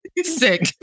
Sick